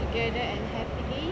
together and happily